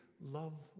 love